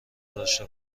داشته